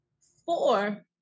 Four